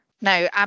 No